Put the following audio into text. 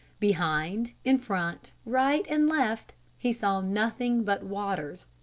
behind, in front, right and left, he saw nothing but waters.